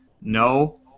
No